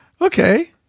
Okay